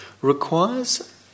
requires